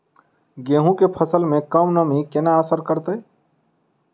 गेंहूँ केँ फसल मे कम नमी केना असर करतै?